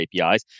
APIs